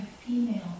female